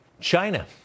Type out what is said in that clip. China